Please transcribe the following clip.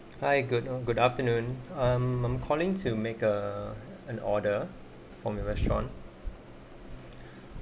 hi good good afternoon I'm calling to make a an order from your restaurant